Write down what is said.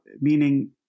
Meaning